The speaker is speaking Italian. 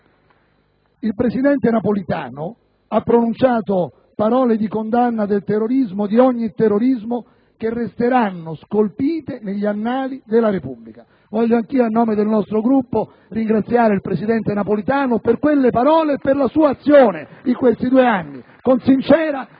il presidente Napolitano ha pronunciato parole di condanna del terrorismo, di ogni terrorismo, che resteranno scolpite negli annali della Repubblica. Voglio anch'io a nome del nostro Gruppo ringraziare il presidente Napolitano per quelle parole e per la sua azione in questi due anni *(Applausi